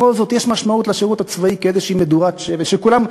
בכל זאת יש משמעות לשירות הצבאי כאיזו מדורת שבט של כולם.